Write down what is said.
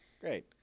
Great